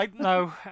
No